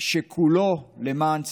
שכולו למען צדק,